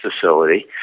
facility